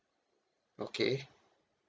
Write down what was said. okay